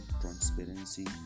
transparency